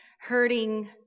hurting